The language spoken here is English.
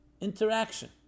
interaction